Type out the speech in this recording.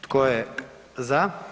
Tko je za?